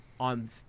On